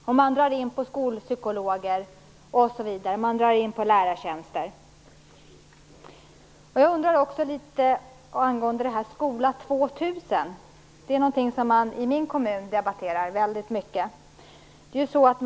Man drar in på skolpsykologer och på lärartjänster. Jag undrar också litet angående Skola 2000, det är någonting som man debatterar väldigt mycket i min kommun.